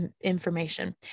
information